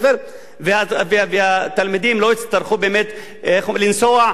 והתלמידים לא יצטרכו לנסוע עשרות קילומטרים,